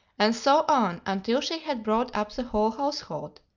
and so on until she had brought up the whole household.